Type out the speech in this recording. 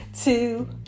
two